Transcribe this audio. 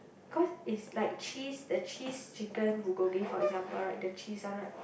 cause it's like cheese the cheese chicken-bulgogi for example right the cheese one right